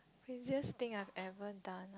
craziest thing I've ever done